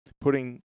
putting